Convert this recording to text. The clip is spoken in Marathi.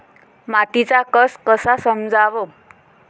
मातीचा कस कसा समजाव?